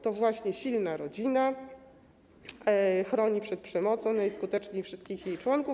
To właśnie silna rodzina chroni przed przemocą najskuteczniej wszystkich jej członków.